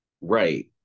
right